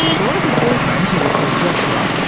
boronika's boyfriend who we'll call joshua,